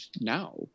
now